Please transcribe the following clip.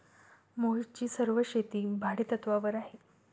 मोहितची सर्व शेती भाडेतत्वावर आहे